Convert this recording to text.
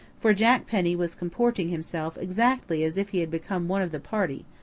for jack penny was comporting himself exactly as if he had become one of the party,